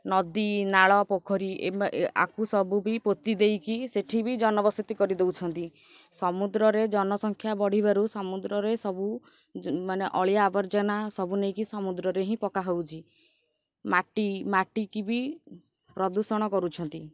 ନଦୀନାଳ ପୋଖରୀ ଆକୁ ସବୁ ବି ପୋତି ଦେଇକି ସେଠି ବି ଜନବସତି କରିଦେଉଛନ୍ତି ସମୁଦ୍ରରେ ଜନସଂଖ୍ୟା ବଢ଼ିବାରୁ ସମୁଦ୍ରରେ ସବୁ ମାନେ ଅଳିଆ ଆବର୍ଜନା ସବୁ ନେଇକି ସମୁଦ୍ରରେ ହିଁ ପକା ହେଉଛି ମାଟି ମାଟିକି ବି ପ୍ରଦୂଷଣ କରୁଛନ୍ତି